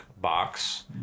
box